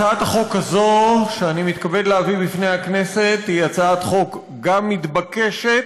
הצעת החוק הזאת שאני מתכבד להביא בפני הכנסת היא הצעת חוק גם מתבקשת,